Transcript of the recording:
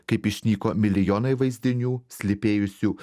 kaip išnyko milijonai vaizdinių slypėjusių